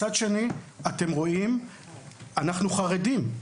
מצד שני, אתם רואים שאנחנו חרדים.